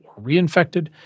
reinfected